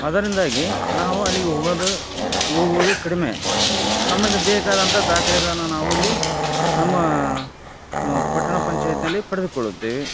ಅದರಿಂದಾಗಿ ನಾವು ಅಲ್ಲಿಗೆ ಹೋಗಾದು ಹೋಗುವುದು ಕಡಿಮೆ ನಮಗೆ ಬೇಕಾದಂಥ ದಾಖಲೆಗಳನ್ನು ನಾವು ಇಲ್ಲಿ ನಮ್ಮ ಪಟ್ಟಣ ಪಂಚಾಯತಿನಲ್ಲಿ ಪಡೆದುಕೊಳ್ಳುತ್ತೇವೆ